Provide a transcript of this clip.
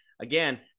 again